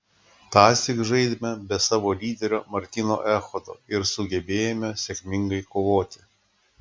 tąsyk žaidėme be savo lyderio martyno echodo ir sugebėjome sėkmingai kovoti